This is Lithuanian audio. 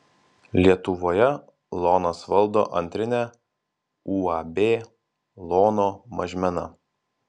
lietuvoje lonas valdo antrinę uab lono mažmena